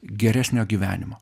geresnio gyvenimo